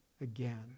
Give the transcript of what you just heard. again